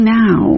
now